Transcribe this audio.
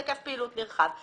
והיקף פעילות נרחב.